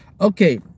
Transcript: okay